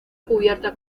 cubierta